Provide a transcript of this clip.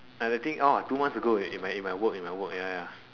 like the thing orh two months ago in my in my in my work in my work ya ya